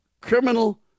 criminal